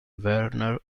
werner